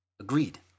agreed